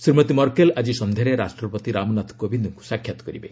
Shrimati Merkel ଆଜି ସଂଧ୍ୟାରେ ରାଷ୍ଟ୍ରପତି ରାମନାଥ କୋବିନ୍ଦଙ୍କୁ ସାକ୍ଷାତ୍ କରିବେ